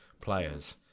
players